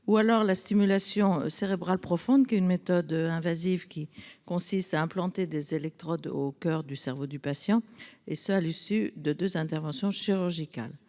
; et la stimulation cérébrale profonde, méthode invasive qui consiste à implanter des électrodes dans le cerveau du patient à l’issue de deux interventions chirurgicales.